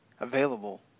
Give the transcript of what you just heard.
available